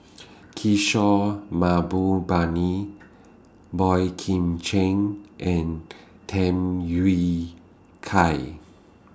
Kishore Mahbubani Boey Kim Cheng and Tham Yui Kai